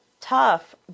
tough